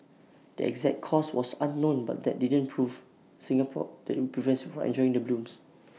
the exact cause was unknown but that didn't prove Singapore that IT will prevents from enjoying the blooms